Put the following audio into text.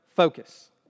focus